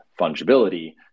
fungibility